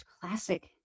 classic